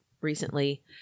recently